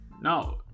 Now